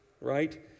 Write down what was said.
right